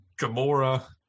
Gamora